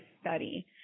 study